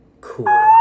Cool